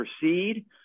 proceed